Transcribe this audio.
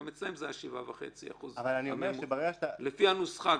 גם אצלם זה היה 7.5%. זה גם לפי הנוסחה,